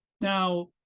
Now